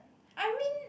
I mean